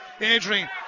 Adrian